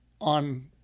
on